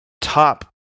top